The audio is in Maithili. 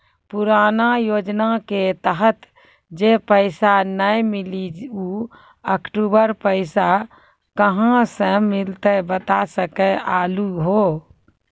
पुराना योजना के तहत जे पैसा नै मिलनी ऊ अक्टूबर पैसा कहां से मिलते बता सके आलू हो?